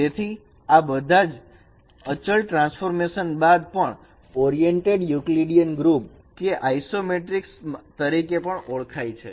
તેથી આ બધાજ અચલ ટ્રાન્સફોર્મેશન બાદ પણ ઓરિએન્ટેડ યુકલીડીયન ગ્રુપ કે આઈસોમેટ્રિકસ તરીકે પણ ઓળખાય છે